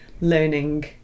learning